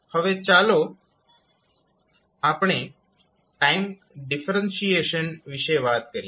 હવે ચાલો આપણે ટાઈમ ડિફરેન્શીએશન વિશે વાત કરીએ